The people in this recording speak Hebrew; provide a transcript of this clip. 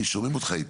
כי שומעים אותך היטב.